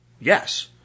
Yes